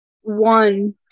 One